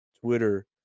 Twitter